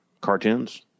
cartoons